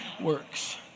works